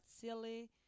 silly